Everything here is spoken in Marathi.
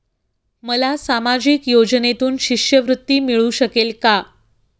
मला सामाजिक योजनेतून शिष्यवृत्ती मिळू शकेल का?